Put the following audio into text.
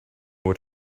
what